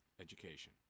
education